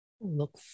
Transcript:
look